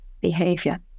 behavior